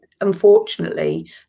unfortunately